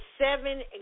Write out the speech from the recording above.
seven